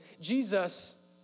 Jesus